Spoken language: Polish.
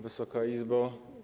Wysoka Izbo!